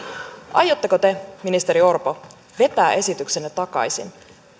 aiotteko te ministeri orpo vetää esityksenne takaisin